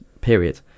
period